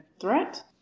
threat